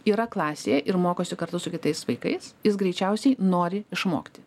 yra klasėj ir mokosi kartu su kitais vaikais jis greičiausiai nori išmokti